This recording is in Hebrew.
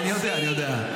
אני יודע, אני יודע.